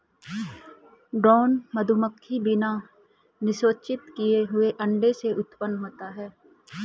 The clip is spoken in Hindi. ड्रोन मधुमक्खी बिना निषेचित किए हुए अंडे से उत्पन्न होता है